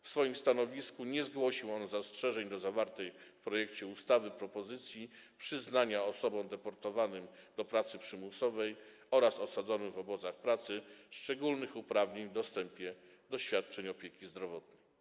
W swoim stanowisku nie zgłosił on zastrzeżeń do zawartej w projekcie ustawy propozycji przyznania osobom deportowanym do pracy przymusowej oraz osadzonym w obozach pracy szczególnych uprawnień w dostępie do świadczeń opieki zdrowotnej.